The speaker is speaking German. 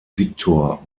victor